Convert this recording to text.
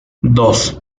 dos